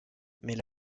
mais